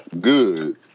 Good